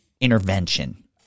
intervention